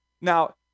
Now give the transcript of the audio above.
Now